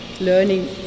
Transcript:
learning